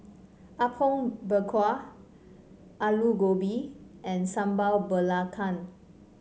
Apom Berkuah Aloo Gobi and Sambal Belacan